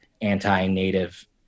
anti-native